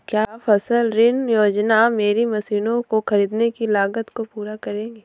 क्या फसल ऋण योजना मेरी मशीनों को ख़रीदने की लागत को पूरा करेगी?